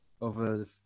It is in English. over